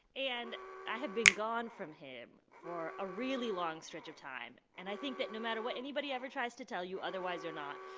and i have been gone from him for a really long stretch of time, and i think that no matter what anybody ever tries to tell you otherwise or not,